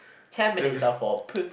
ten minutes are for puss